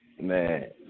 Man